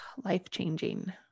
life-changing